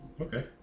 Okay